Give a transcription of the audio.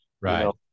Right